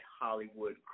Hollywood